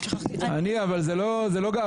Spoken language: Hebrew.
אני, אבל זאת לא גאווה.